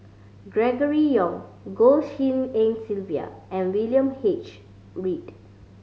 Gregory Yong Goh Tshin En Sylvia and William H Read